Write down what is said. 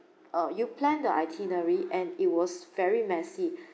uh you plan the itinerary and it was very messy